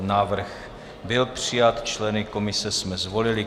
Návrh byl přijat, členy komise jsme zvolili.